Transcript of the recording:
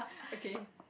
okay